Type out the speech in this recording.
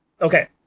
okay